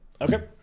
Okay